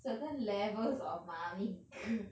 certain levels of mummy's girl